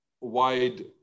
wide